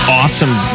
awesome